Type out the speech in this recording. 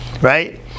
Right